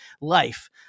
life